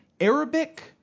Arabic